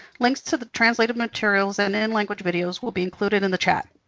links to the translated materials and in language videos will be included in the chat.